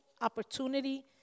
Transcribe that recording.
opportunity